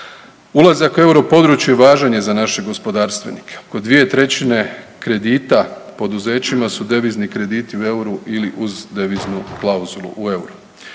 Ulazak u euro područje važan je za naše gospodarstvenike oko dvije trećine kredita poduzećima su devizni krediti u euru ili uz deviznu klauzulu u euru.